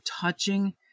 touching